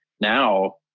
now